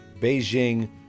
Beijing